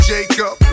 Jacob